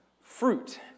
fruit